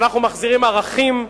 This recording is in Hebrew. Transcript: אנחנו מחזירים ערכים.